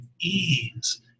ease